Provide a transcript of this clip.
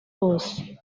hose